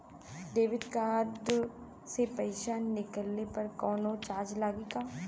Debit card से पैसा निकलले पर कौनो चार्ज लागि का?